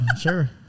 sure